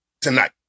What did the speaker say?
tonight